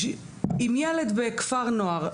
אם ילד בכפר נוער,